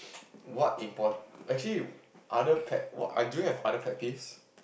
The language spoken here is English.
what import actually other pet what do you have other peeves